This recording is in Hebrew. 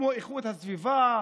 כמו איכות הסביבה,